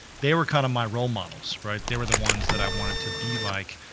they were kinda my role models, right? they were the ones that i wanted to be like,